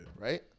Right